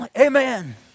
Amen